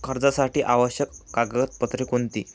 कर्जासाठी आवश्यक कागदपत्रे कोणती?